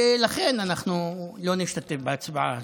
ולכן אנחנו לא נשתתף בהצבעה הזאת.